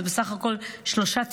זה בסך הכול שלושה טיפולים.